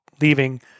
leaving